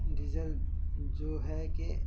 diesel جو ہے کہ